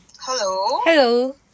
hello